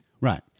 Right